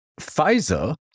Pfizer